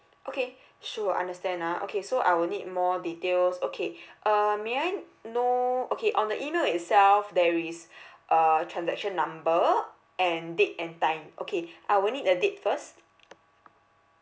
okay sure understand ah okay so I will need more details okay uh may I know okay on the email itself there is uh transaction number and date and time okay I will need the date first